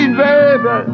baby